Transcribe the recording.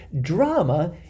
drama